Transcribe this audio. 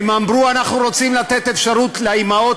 הם אמרו: אנחנו רוצים לתת אפשרות לאימהות